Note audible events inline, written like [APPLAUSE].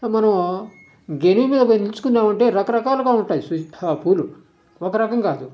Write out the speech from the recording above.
మనము గెనుమ్ మీద పోయి నిలుచుకున్నామంటే రకరకాలుగా ఉంటాయ్ [UNINTELLIGIBLE] ఆ పూలు ఒక రకం కాదు